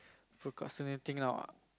procrastinating now ah